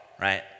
right